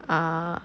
uh